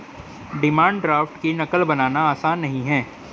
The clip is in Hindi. डिमांड ड्राफ्ट की नक़ल बनाना आसान नहीं है